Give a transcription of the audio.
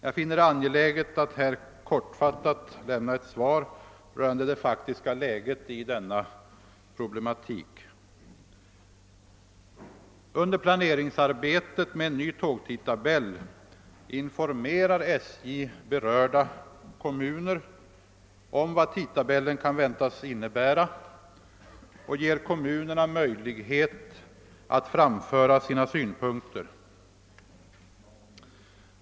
Jag finner det angeläget att här kortfattat lämna ett svar rörande det faktiska läget i denna problematik. Under planeringsarbetet med en ny tågtidtabell informerar SJ berörda kommuner om vad tidtabellen kan väntas innebära och ger kommunerna möjlighet att framföra sina synpunkter.